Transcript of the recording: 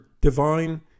divine